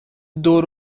دور